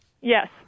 yes